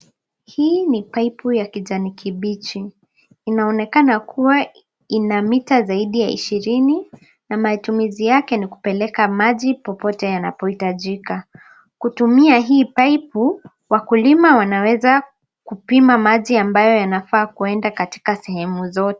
Hii ni paipu ya kijani kibichi. Inaonekana kuwa ina mita zaidi ya ishirini na matumizi yake ni kupeleka maji popote yanapohitajika. Kutumia hii paipu, wakulima wanaweza kupima maji ambayo yanafaa kuenda katika sehemu zote.